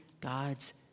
God's